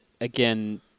again